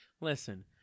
Listen